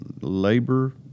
labor